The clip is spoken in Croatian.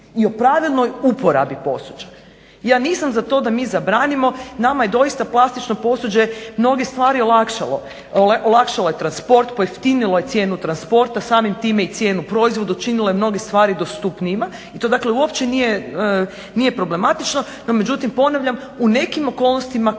i o pravilnoj uporabi posuđa. Ja nisam za to da mi zabranimo, nama je doista plastično posuđe mnoge stvari olakšalo, olakšalo je transport, pojeftinilo je cijenu transporta, samim time i cijenu proizvoda, učinila je mnoge stvari dostupnijima i to dakle uopće nije problematično, no međutim ponavljam u nekim okolnostima koje